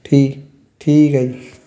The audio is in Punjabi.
ਠੀ ਠੀਕ ਹੈ